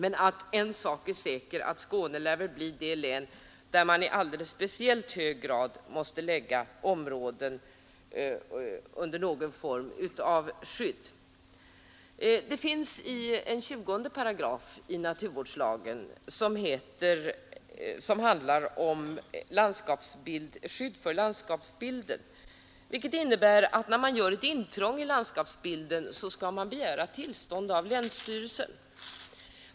En sak är säker: Skåne lär bli det län där man i alldeles speciellt hög grad måste lägga områden under någon form av skydd. Det finns en 208 i naturvårdslagen som handlar om skydd för landskapsbilden, vilket innebär att när man vill göra ett intrång i landskapsbilden skall man begära tillstånd av länsstyrelsen.